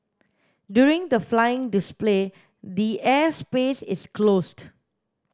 during the flying display the air space is closed